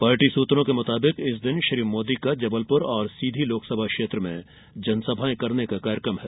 party सूत्रों के मुताबिक इस दिन श्री मोदी का जबलपुर और सीधी लोकसभा क्षेत्र में जनसभाएं करने का कार्यक्रम है